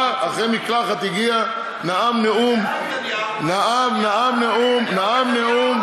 בא אחרי מקלחת, הגיע, נאם נאום, איפה נתניהו?